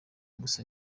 gusa